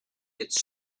its